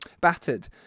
battered